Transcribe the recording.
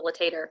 facilitator